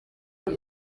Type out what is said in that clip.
uyu